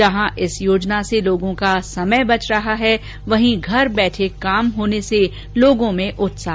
जहां इस योजना से लोगों का समय बच रहा है वहीं घर बैठे काम होने से लोगों में उत्साह है